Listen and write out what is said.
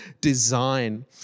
design